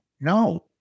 No